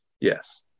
Yes